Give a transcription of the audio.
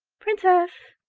princess!